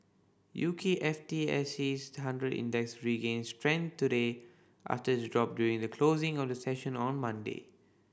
U K S F T S C hundred Index regained strength today after its drop during the closing of the session on Monday